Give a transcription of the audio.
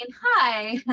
hi